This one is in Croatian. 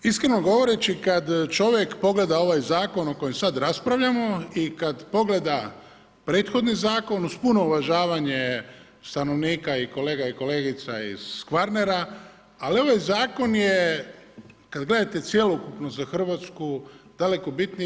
Iskreno govoreći, kad čovjek pogleda ovaj Zakon o kojem sad raspravljamo i kad pogleda prethodni Zakon, uz puno uvažavanje stanovnika i kolega i kolegica iz Kvarnera, ali ovaj Zakon je, kad gledate cjelokupno za RH daleko bitniji.